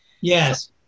Yes